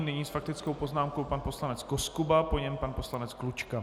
Nyní s faktickou poznámkou pan poslanec Koskuba, po něm pan poslanec Klučka.